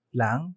lang